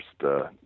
first